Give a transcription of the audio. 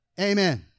Amen